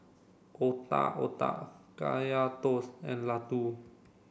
Otak Otak Kaya Toast and Laddu